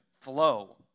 flow